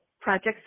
projects